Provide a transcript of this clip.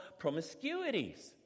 promiscuities